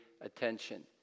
attention